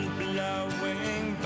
blowing